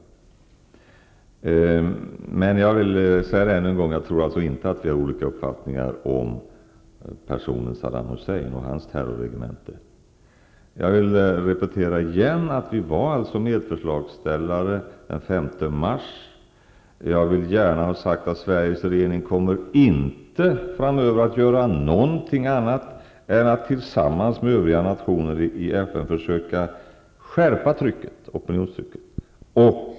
Ännu en gång vill jag framhålla att jag inte tror att vi har olika uppfattning om personen Saddam Sedan vill jag upprepa att vi var medförslagsställare den 5 mars. Och jag vill gärna ha sagt att Sveriges regering framöver inte kommer att göra annat än att tillsammans med övriga nationer i FN försöka skärpa opinionstrycket.